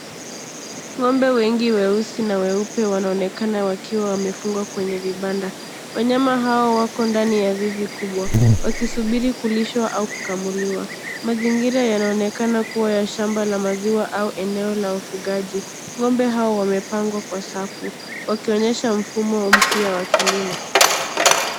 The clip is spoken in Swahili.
Ng'ombe wengi weusi na weupe wanaonekana wakiwa wamefungwa kwenye vibanda. Wanyama hawa wako ndani zizi kubwa, wakisubiri kulishwa au kukamuliwa. Mazingira yanaonekana kua ya shamba la maziwa au eneo la ufugaji. Ng'ombe hawa wamepangwa kwa safu, wakionyesha mfumo mpya wa kilimo.